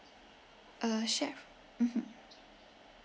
uh chef mmhmm